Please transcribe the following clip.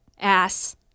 ass